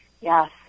Yes